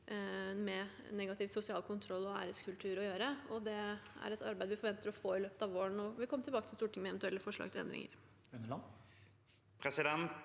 med negativ sosial kontroll og æreskultur å gjøre. Det er et arbeid vi forventer å få ferdig i løpet av våren, og vi vil komme tilbake til Stortinget med eventuelle forslag til endringer.